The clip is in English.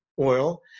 oil